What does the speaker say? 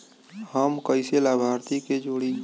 हम कइसे लाभार्थी के जोड़ी?